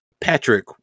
Patrick